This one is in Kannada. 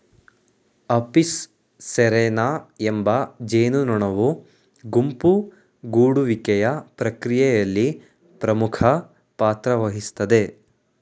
ಅಪಿಸ್ ಸೆರಾನಾ ಎಂಬ ಜೇನುನೊಣವು ಗುಂಪು ಗೂಡುವಿಕೆಯ ಪ್ರಕ್ರಿಯೆಯಲ್ಲಿ ಪ್ರಮುಖ ಪಾತ್ರವಹಿಸ್ತದೆ